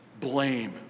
blame